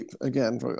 again